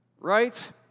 right